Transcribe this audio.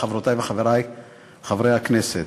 חברותי וחברי חברי הכנסת,